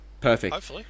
Perfect